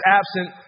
absent